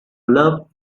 love